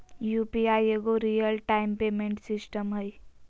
UPI एगो real time payment system हइ